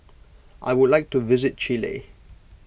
I would like to visit Chile